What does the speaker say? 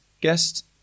guest